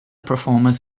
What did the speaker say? performers